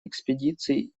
экспедиции